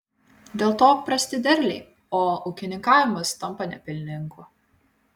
dėl to prasti derliai o ūkininkavimas tampa nepelningu